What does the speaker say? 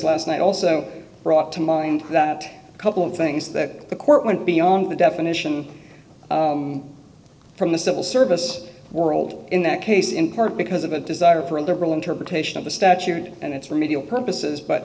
last night also brought to mind that a couple of things that the court went beyond the definition from the civil service world in that case in part because of a desire for a liberal interpretation of the statute and its remedial purposes but